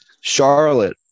Charlotte